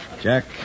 Jack